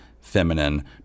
feminine